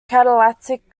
catalytic